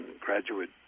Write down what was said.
graduate